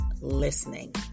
listening